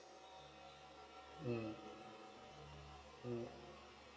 mm mm